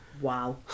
Wow